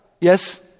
Yes